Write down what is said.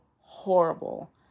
horrible